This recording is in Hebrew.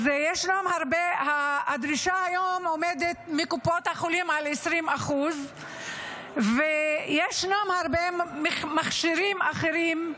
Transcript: אז הדרישה היום מקופות החולים עומדת על 20% וישנם הרבה מכשירים אחרים,